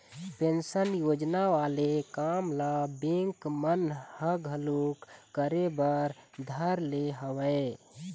pension योजना वाले काम ल बेंक मन घलोक करे बर धर ले हवय